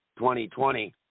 2020